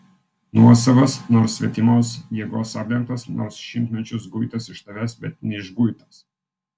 nuosavas nors svetimos jėgos apdengtas nors šimtmečius guitas iš tavęs bet neišguitas